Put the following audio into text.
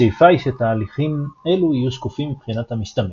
השאיפה היא שתהליכים אלו יהיו שקופים מבחינת המשתמש,